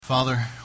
Father